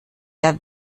der